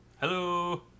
Hello